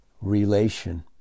Relation